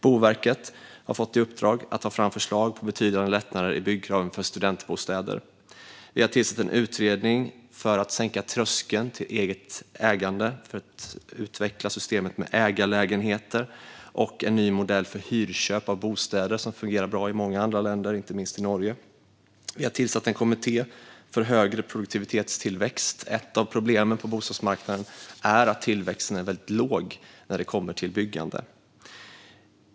Boverket har fått i uppdrag att ta fram förslag till betydande lättnader i byggkraven för studentbostäder. Vi har tillsatt en utredning om att sänka tröskeln till eget ägande för att utveckla systemet med ägarlägenheter och en ny modell för hyrköp av bostäder som fungerar bra i många andra länder, inte minst Norge. Vi har tillsatt en kommitté för högre produktivitetstillväxt. Ett av problemen på bostadsmarknaden är att tillväxten är väldigt låg när det kommer till byggande.